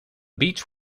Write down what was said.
beach